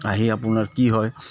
আহি আপোনাৰ কি হয়